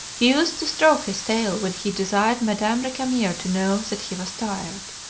he used to stroke his tail when he desired madame recamier to know that he was tired.